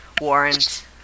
warrant